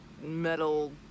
metal